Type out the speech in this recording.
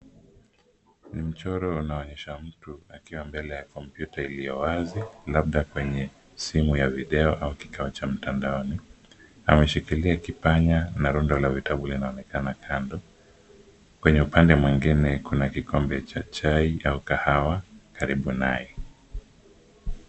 Ni mchoro unaonyesha mtu akiwa mbele ya kompyuta iliyo wazi labda kwenye simu ya video au kikao cha mtandaoni. Ameshikilia kipanya na rundo la vitabu linaonekana kando. Kwenye upande mwingine kuna kikombe cha chai ya mkahawa karibu naye.